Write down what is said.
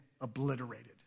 obliterated